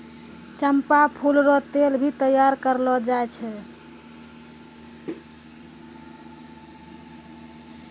चंपा फूल रो तेल भी तैयार करलो जाय छै